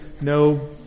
no